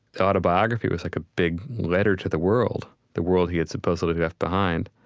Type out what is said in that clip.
the autobiography was like a big letter to the world, the world he had supposedly left behind.